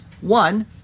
One